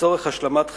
לצורך השלמת חקיקתה.